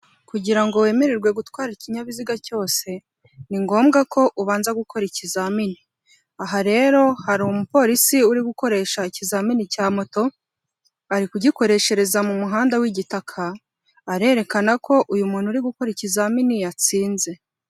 kugirango wemererwe gutwara ikinyabiziga cyose ni ngombwa ko ubanza gukora ikizamini, aha rero hari umupolisi uri gukoresha ikizamini cya moto, ari kugikoreshereza mu muhanda w'igitaka, arerekana ko uyu muntu uri gukora ikizamini yatsinze.